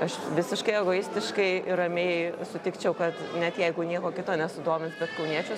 aš visiškai egoistiškai ir ramiai sutikčiau kad net jeigu nieko kito nesudomins bet kauniečius